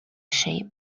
shape